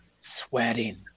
Sweating